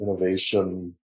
innovation